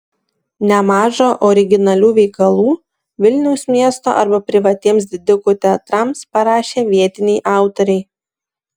nemaža originalių veikalų vilniaus miesto arba privatiems didikų teatrams parašė vietiniai autoriai